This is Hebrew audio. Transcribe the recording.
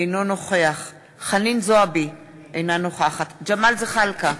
אינו נוכח חנין זועבי, אינה נוכחת ג'מאל זחאלקה,